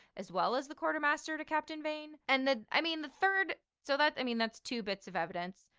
as well as the quartermaster, to captain vane and the, i mean the third. so that's, i mean, that's two bits of evidence.